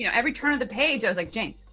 you know every turn of the page, i was like, james,